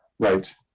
Right